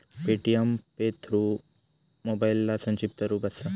Paytm pay through मोबाईलचा संक्षिप्त रूप असा